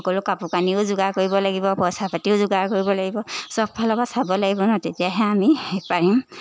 সকলো কাপোৰ কানিও যোগাৰ কৰিব লাগিব পইচা পাতিও যোগাৰ কৰিব লাগিব চবফালৰপৰা চাব লাগিব ন তেতিয়াহে আমি পাৰিম